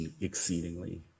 exceedingly